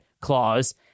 clause